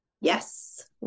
Yes